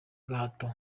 gahato